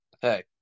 hey